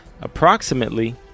approximately